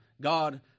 God